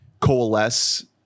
coalesce